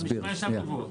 בשביל מה ישבנו פה?